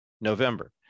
November